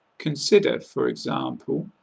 consider, for example,